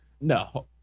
No